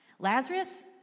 Lazarus